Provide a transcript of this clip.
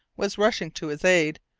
was rushing to his aid,